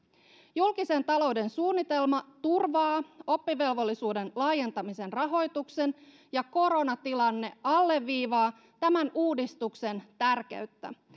julkisen talouden suunnitelma turvaa oppivelvollisuuden laajentamisen rahoituksen ja koronatilanne alleviivaa tämän uudistuksen tärkeyttä